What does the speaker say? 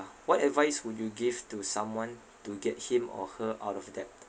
what advice would you give to someone to get him or her out of debt